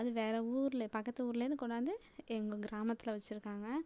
அது வேற ஊர்ல பக்கத்து ஊரிலேருந்து கொண்டாந்து எங்கள் கிராமத்தில் வச்சிருக்காங்க